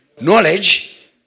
knowledge